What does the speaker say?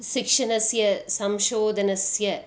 शिक्षणस्य संशोधनस्य